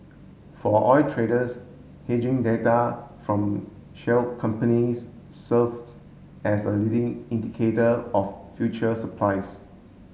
for oil traders hedging data from shale companies serves as a leading indicator of future supplies